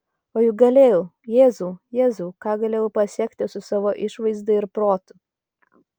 o juk galėjau jėzau jėzau ką galėjau pasiekti su savo išvaizda ir protu